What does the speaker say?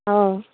অঁ